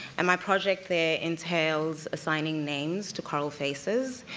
and my project there entails assigning names to coral faces,